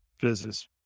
business